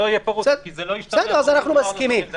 אז אנחנו מסכימים.